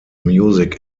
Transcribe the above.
music